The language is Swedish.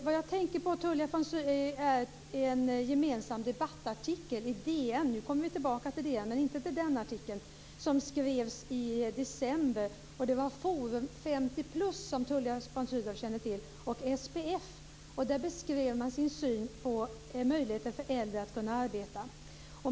Vad jag tänker på, Tullia von Sydow, är en debattartikel i DN - nu kommer vi tillbaka till DN men inte till samma artikel - som skrevs i december av Forum 50+, som Tullia von Sydow känner till, och Där beskrev man sin syn på möjligheten för äldre att kunna arbeta.